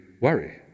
worry